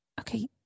okay